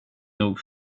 nog